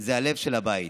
זה הלב של הבית.